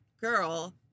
girl